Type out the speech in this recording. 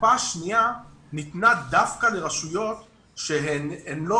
הקופה השנייה ניתנה דווקא לרשויות שהן לא